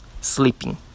sleeping